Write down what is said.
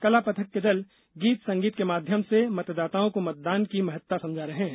कला पथक के दल गीत संगीत के माध्यम से मतदाताओं को मतदान की महत्ता समझा रहे हैं